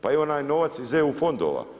Pa evo onaj novac iz EU fondova.